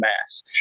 mass